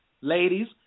ladies